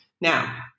Now